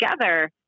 together